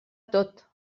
tot